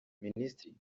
minisitiri